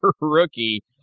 rookie